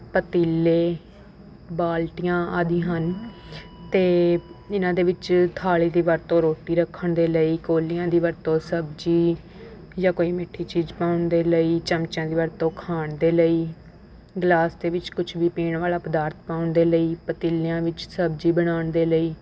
ਪਤੀਲੇ ਬਾਲਟੀਆਂ ਆਦਿ ਹਨ ਅਤੇ ਇਨ੍ਹਾਂ ਦੇ ਵਿੱਚ ਥਾਲੀ ਦੀ ਵਰਤੋਂ ਰੋਟੀ ਰੱਖਣ ਦੇ ਲਈ ਕੌਲੀਆਂ ਦੀ ਵਰਤੋਂ ਸਬਜ਼ੀ ਜਾਂ ਕੋਈ ਮਿੱਠੀ ਚੀਜ਼ ਪਾਉਣ ਦੇ ਲਈ ਚਮਚਿਆਂ ਦੀ ਵਰਤੋਂ ਖਾਣ ਦੇ ਲਈ ਗਲਾਸ ਦੇ ਵਿੱਚ ਕੁਛ ਵੀ ਪੀਣ ਵਾਲਾ ਪਦਾਰਥ ਪਾਉਣ ਦੇ ਲਈ ਪਤੀਲਿਆਂ ਵਿੱਚ ਸਬਜ਼ੀ ਬਣਾਉਣ ਦੇ ਲਈ